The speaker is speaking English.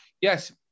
Yes